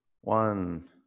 one